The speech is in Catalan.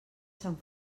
sant